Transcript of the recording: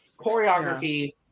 Choreography